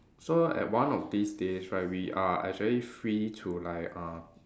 so at one of these days right we are actually free to like uh